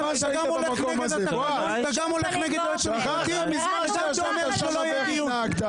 התקנון ונגד היועצת המשפטית ואומר שלא יהיה דיון.